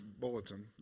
bulletin